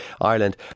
Ireland